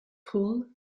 pool